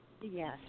Yes